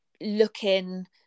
looking